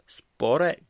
spore